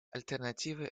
alternative